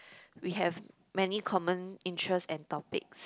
we have many common interest and topics